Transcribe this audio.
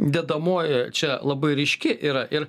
dedamoji čia labai ryški yra ir